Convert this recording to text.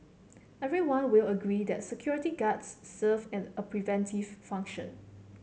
everyone will agree that security guards serve and a preventive function